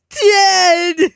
dead